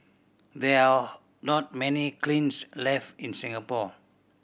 there are not many kilns left in Singapore